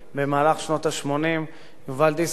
יובל דיסקין אדם ישר כמו סרגל,